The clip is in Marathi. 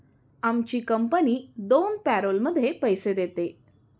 आमची कंपनी दोन पॅरोलमध्ये पैसे देते